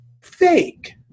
fake